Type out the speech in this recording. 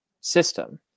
system